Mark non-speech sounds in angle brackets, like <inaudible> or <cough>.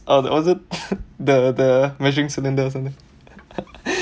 and also <laughs> the the measuring cylinder or something <laughs>